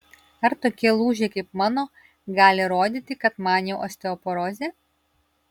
ar tokie lūžiai kaip mano gali rodyti kad man jau osteoporozė